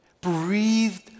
Breathed